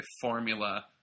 formula